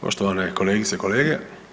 Poštovane kolegice i kolege.